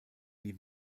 die